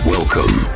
Welcome